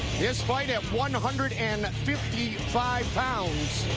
this fight at one hundred and fifty five pounds,